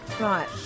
Right